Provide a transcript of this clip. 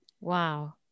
Wow